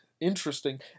interesting